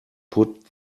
put